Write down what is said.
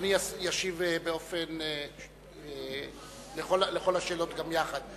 אדוני ישיב על כל השאלות גם יחד.